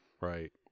right